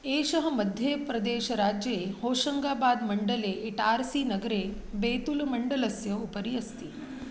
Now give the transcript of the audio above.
एषः मध्ये प्रदेशराज्ये होषङ्गाबाद् मण्डले इटार्सिनगरे बेतुल् मण्डलस्य उपरि अस्ति